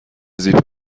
زیپ